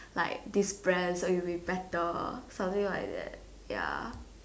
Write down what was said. like these Brands will be better something like that ya